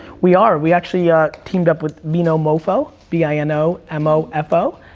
we are, we actually yeah teamed up with vinomofo, v i n o m o f o,